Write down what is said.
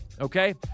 Okay